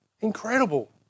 Incredible